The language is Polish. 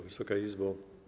Wysoka Izbo!